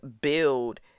build